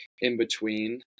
in-between